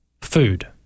food